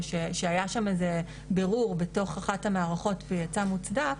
שהיה שם איזה בירור בתוך אחת המערכות והוא יצא מוצדק,